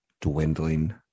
dwindling